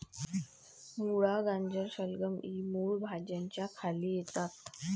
मुळा, गाजर, शलगम इ मूळ भाज्यांच्या खाली येतात